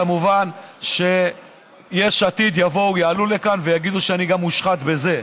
כמובן שיש עתיד יעלו לכאן ויגידו שאני גם מושחת בזה.